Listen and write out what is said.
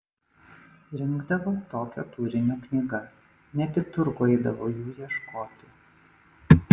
rinkdavo tokio turinio knygas net į turgų eidavo jų ieškoti